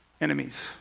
enemies